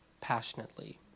passionately